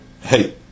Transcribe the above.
Hey